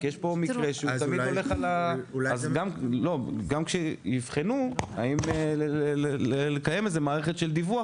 יש פה מקרה שתמיד הולך על ה -- שיבחנו האם לקיים מערכת של דיווח